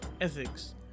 ethics